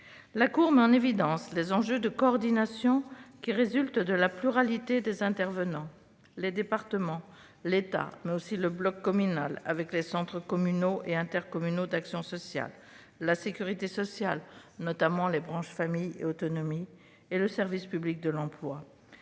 La Cour met en évidence les enjeux de coordination qui résultent de la pluralité des intervenants : les départements, l'État, mais aussi le bloc communal, avec les centres communaux et intercommunaux d'action sociale, la sécurité sociale, notamment ses branches famille et autonomie, et le service public de l'emploi.